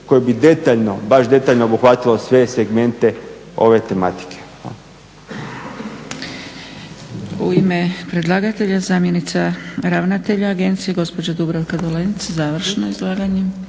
koje bi detaljno, baš detaljno obuhvatilo sve segmente ove tematike.